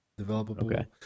developable